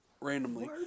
Randomly